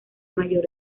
mayor